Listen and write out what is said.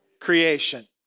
creation